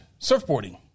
Surfboarding